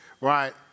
Right